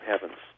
heavens